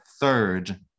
third